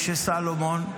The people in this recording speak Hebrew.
משה סולומון,